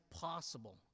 possible